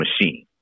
machine